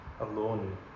alone